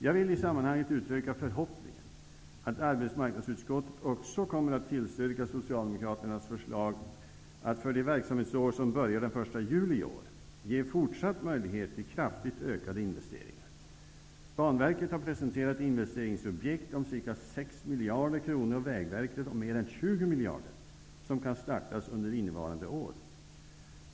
Jag vill i sammanhanget uttrycka förhoppningen att arbetsmarknadsutskottet också kommer att tillstyrka Socialdemokraternas förslag att för det verksamhetsår som börjar den 1 juli i år ge fortsatt möjlighet till kraftigt ökade investeringar. Banverket har presenterat investeringsobjekt om ca 6 miljarder kronor och Vägverket om hela 20 miljarder som kan startas under innevarande år.